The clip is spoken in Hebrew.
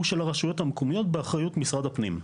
הוא של הרשויות המקומיות באחריות משרד הפנים.